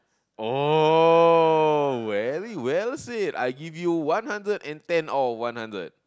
oh very well said I give you one hundred and ten out of one hundred